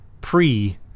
pre